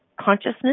consciousness